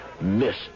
Miss